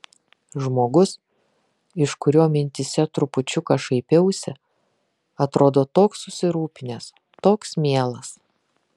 žmogus iš kurio mintyse trupučiuką šaipiausi atrodo toks susirūpinęs toks mielas